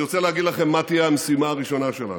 אני רוצה להגיד לכם מה תהיה המשימה הראשונה שלנו.